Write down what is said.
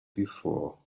before